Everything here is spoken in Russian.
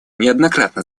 неоднократно